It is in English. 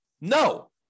No